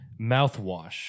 Mouthwash